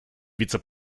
вице